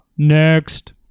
Next